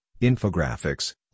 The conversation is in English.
Infographics